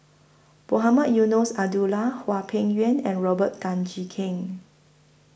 Mohamed Eunos Abdullah Hwang Peng Yuan and Robert Tan Jee Keng